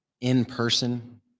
in-person